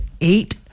eight